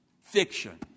fiction